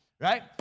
right